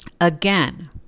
Again